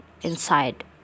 inside